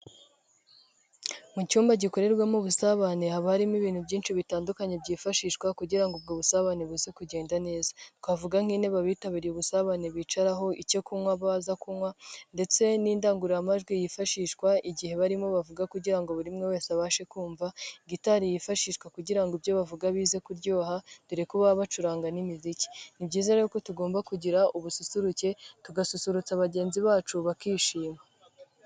Mu cyumba gikorerwamo ubusabane, haba harimo ibintu byinshi bitandukanye, byifashishwa kugira ngo ubwo busabane buze kugenda neza. Twavuga: nk'intebe abitabiriye ubusabane bicaraho, icyo kunywa baza kunywa ndetse n'indangururamajwi yifashishwa igihe barimo bavuga kugira ngo buri umwe wese abashe kumva. Gitari yifashishwa kugira ngo ibyo bavuga bize kuryoha dore ko kuba bacuranga n'imiziki. Ni byiza rero ko tugomba kugira ubususuruke, tugasusurutsa bagenzi bacu bakishima.